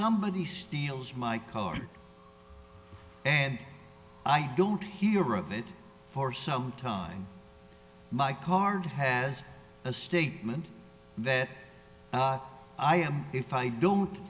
somebody steals my car and i don't hear of it for so time my car has a statement that if i don't